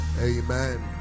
Amen